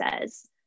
says